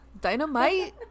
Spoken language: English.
Dynamite